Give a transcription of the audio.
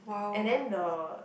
and then the